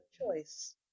choice